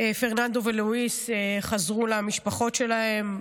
פרננדו ולואיס חזרו למשפחות שלהם.